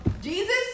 Jesus